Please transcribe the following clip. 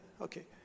Okay